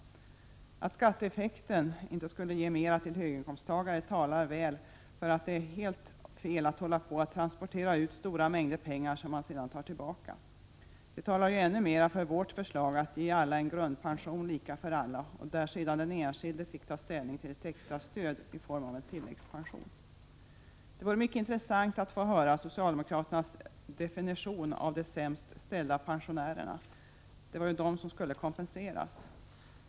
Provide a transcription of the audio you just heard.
Att skatteeffekten inte skulle ge mera till höginkomsttagare talar väl för att det är helt fel att hålla på att transportera ut stora mängder pengar som man sedan tar tillbaka. Det talar ju ännu mera för vårt förslag, att ge alla en grundpension, lika för alla, och att den enskilde sedan fick ta ställning till ett extra stöd i form av en tilläggspension. Det vore mycket intressant att få höra socialdemokraternas definition av de sämst ställda pensionärerna. Det var ju de som skulle kompenseras.